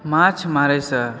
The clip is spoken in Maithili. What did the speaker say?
माछ मारय सॅं